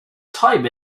time